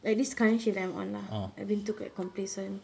like this current shift that I'm on lah I've been too complacent